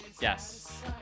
Yes